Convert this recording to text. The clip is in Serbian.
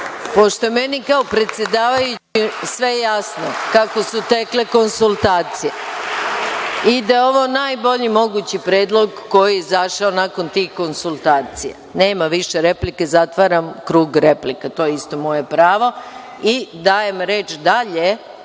je meni kao predsedavajućoj sve jasno kako su tekle konsultacije i da je ovo najbolji mogući predlog koji je izašao nakon tih konsultacija, nema više replika, zatvaram krug replika, to je isto moje pravo. Dajem reč dalje